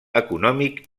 econòmic